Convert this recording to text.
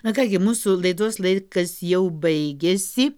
na ką gi mūsų laidos laikas jau baigėsi